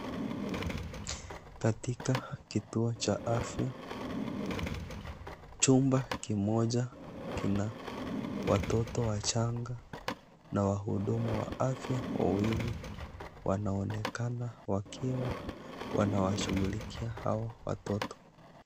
Katika kituo cha afya ,chumba kimoja kina watoto wachanga na wahudumu wa afya wawili wanaonekana wakiwa wanawashughulikia hao watoto.